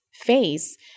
face